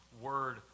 word